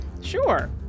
Sure